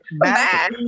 Bye